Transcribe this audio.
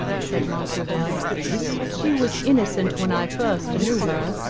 said montraville but she was innocent when i first knew her.